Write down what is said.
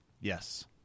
Yes